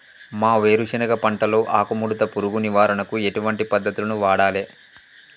మా వేరుశెనగ పంటలో ఆకుముడత పురుగు నివారణకు ఎటువంటి పద్దతులను వాడాలే?